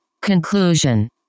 Conclusion